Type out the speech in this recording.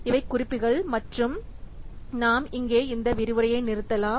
இவை குறிப்புகள் மற்றும் நாம் இங்கே இந்த விரிவுரையை நிறுத்தலாம்